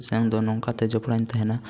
ᱥᱮᱢ ᱫᱚ ᱱᱚᱝᱠᱟ ᱛᱮ ᱡᱚᱯᱲᱟᱣ ᱤᱧ ᱛᱟᱦᱮᱱᱟ